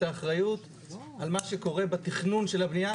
האחריות על מה שקורה בתכנון של הבנייה,